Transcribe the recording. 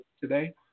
today